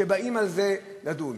שבאים על זה לדון.